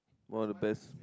one of the best